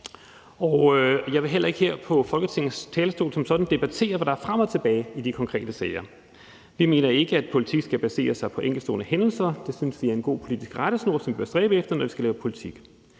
talerstol som sådan debattere, hvad der er frem og tilbage i de konkrete sager. Vi mener ikke, at politik skal basere sig på enkeltstående hændelser; det synes vi er en god politisk rettesnor, som vi bør stræbe efter at følge, når vi skal lave politik.